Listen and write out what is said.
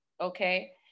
okay